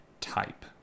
type